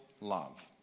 love